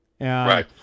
Right